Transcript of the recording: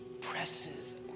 presses